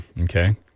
Okay